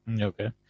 Okay